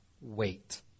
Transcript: wait